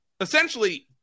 essentially